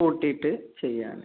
കൂട്ടിയിട്ട് ചെയ്യാൻ